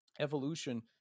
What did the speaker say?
evolution